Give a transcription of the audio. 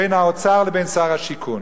בין האוצר לבין שר השיכון,